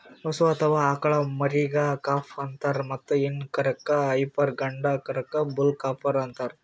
ಹಸು ಅಥವಾ ಆಕಳ್ ಮರಿಗಾ ಕಾಫ್ ಅಂತಾರ್ ಮತ್ತ್ ಹೆಣ್ಣ್ ಕರಕ್ಕ್ ಹೈಪರ್ ಗಂಡ ಕರಕ್ಕ್ ಬುಲ್ ಕಾಫ್ ಅಂತಾರ್